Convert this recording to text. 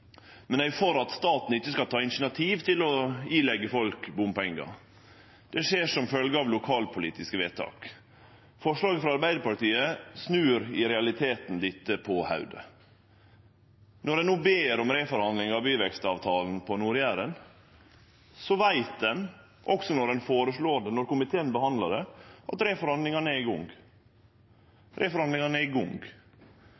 men eg er for at staten ikkje skal ta initiativ til å påleggje folk bompengar. Det skal skje som følgje av lokalpolitiske vedtak. Forslaget frå Arbeidarpartiet snur i realiteten dette på hovudet. Når ein no ber om ei reforhandling av byvekstavtalen på Nord-Jæren, veit ein – også då ein føreslo det, og då komiteen behandla saka, visste ein det – at reforhandlingane er i gang.